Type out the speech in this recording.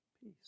peace